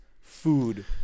food